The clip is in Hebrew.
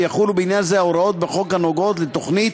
ויחולו בעניין זה ההוראות בחוק החלות על תוכנית.